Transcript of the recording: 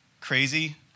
crazy